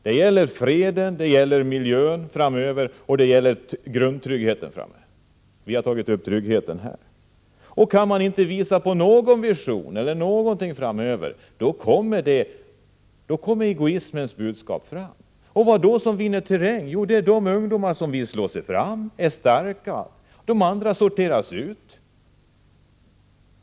Det gäller freden, miljön och grundtryggheten i framtiden. Vi har tagit upp tryggheten här. Kan man inte visa på någon vision framöver kommer egoismens budskap fram. Vad vinner då terräng? Jo, det är de ungdomar som vill slå sig fram och är starka. De andra sorteras ut.